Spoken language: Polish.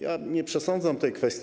Ja nie przesądzam tej kwestii.